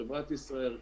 חברת ישראייר,